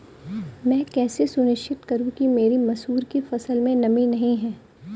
मैं कैसे सुनिश्चित करूँ कि मेरी मसूर की फसल में नमी नहीं है?